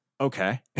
Okay